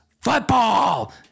football